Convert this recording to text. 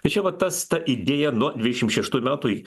tačiau vas tas ta idėja nuo dvidešimt šeštųjų metų